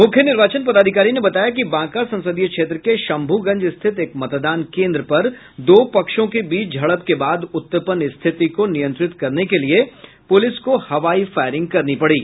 मुख्य निर्वाचन पदाधिकारी ने बताया कि बांका संसदीय क्षेत्र के शंभूगंज स्थित एक मतदान केन्द्र पर दो पक्षों के बीच झड़प के बाद उत्पन्न स्थिति को नियंत्रित करने के लिये पूलिस को हवाई फायरिंग करनी पड़ी